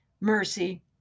mercy